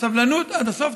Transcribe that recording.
סבלנות, עד הסוף.